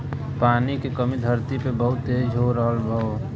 पानी के कमी धरती पे बहुत तेज हो रहल हौ